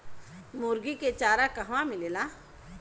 मुर्गी के चारा कहवा मिलेला?